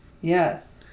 Yes